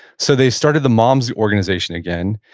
so they started the moms organization again,